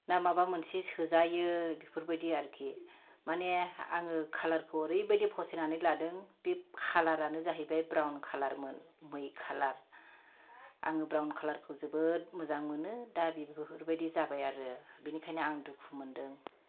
ना माबा मोनसे सोजायो बेफोरबायदि आरोखि माने आङो कालारखौ ओरैबायदि फसायनानै लादों बे कालारानो जाहैबाय ब्राउन कालारमोन मै कालार आङो ब्राउन कालारखौ जोबोद मोजां मोनो दा बिफोरबायदि जाबाय आरो बिनिखायनो आं दुखु मोन्दों